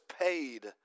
paid